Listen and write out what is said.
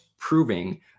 proving